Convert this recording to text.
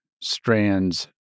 strands